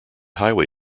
highway